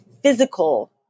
physical